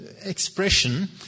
Expression